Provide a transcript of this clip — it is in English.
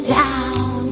down